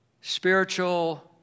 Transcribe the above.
spiritual